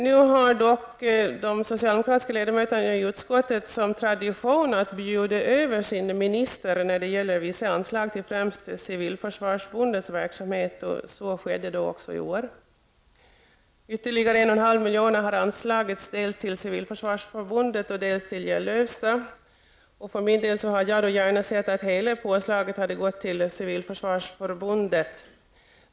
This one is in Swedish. Nu har dock de socialdemokratiska ledamöterna i utskottet som tradition att bjuda över sin minister när det gäller vissa anslag till främst civilförsvarsförbundets verksamhet, så också i år. Ytterligare 1,5 milj.kr. har anslagits dels till civilförsvarsförbundet, dels till Gällöfsta kursgård. Själv hade jag gärna sett att hela påslaget gått till civilförsvarsförbundet.